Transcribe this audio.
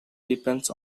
depends